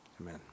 Amen